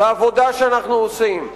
בעבודה שאנחנו עושים,